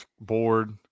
board